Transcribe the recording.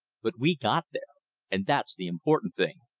but we got there and that's the important thing.